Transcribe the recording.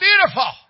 beautiful